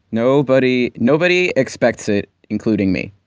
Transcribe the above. nobody nobody expects it, including me?